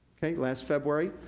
last february?